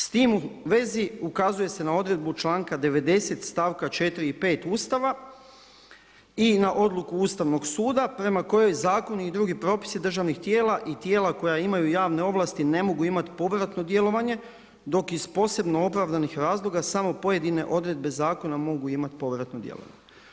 S tim u vezi ukazuje se na odredbu čl. 90., st. 4. i 5. Ustava i na odluku Ustavnog suda prema kojoj zakoni i drugi propisi državnih tijela i tijela koja imaju javne ovlasti ne mogu imati povratno djelovanje, dok iz posebno opravdanih razloga samo pojedine odredbe zakona mogu imati povratno djelovanje.